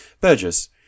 Burgess